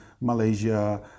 Malaysia